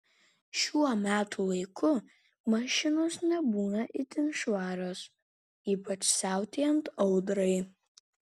šiuo metų laiku mašinos nebūna itin švarios ypač siautėjant audrai